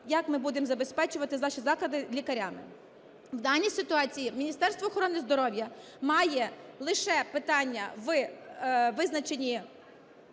як ми будемо забезпечувати наші заклади лікарями. В даній ситуації Міністерство охорони здоров'я має лише питання у визначенні